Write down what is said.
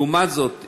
לעומת זאת,